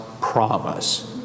promise